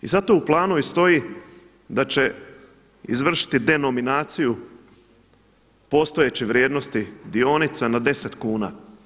I zato u planu i stoji da će izvršiti denominaciju postojeće vrijednosti dionica na 10 kuna.